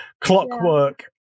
clockwork